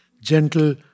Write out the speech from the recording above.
Gentle